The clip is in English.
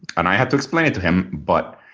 and i had to explain it to him. but